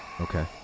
Okay